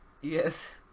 Yes